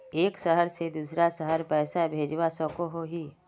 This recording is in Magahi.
एक शहर से दूसरा शहर पैसा भेजवा सकोहो ही?